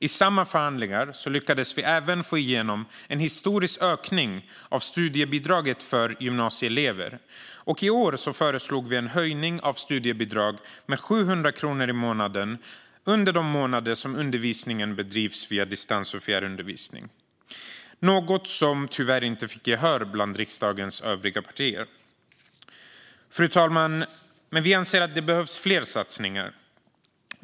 I samma förhandlingar lyckades vi även få igenom en historisk ökning av studiebidraget för gymnasieelever, och i år föreslog vi en höjning av studiebidraget med 700 kronor i månaden under de månader som undervisningen bedrivs på distans och i fjärrundervisning. Det var något som tyvärr inte fick gehör bland riksdagens övriga partier. Fru talman! Vi anser att det behövs fler satsningar.